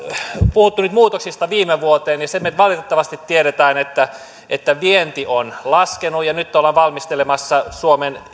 puhuttu nyt muutoksista viime vuoteen sen me valitettavasti tiedämme että vienti on laskenut ja nyt ollaan valmistelemassa